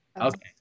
okay